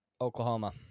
Oklahoma